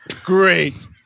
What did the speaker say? Great